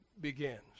begins